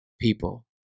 people